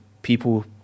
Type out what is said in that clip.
people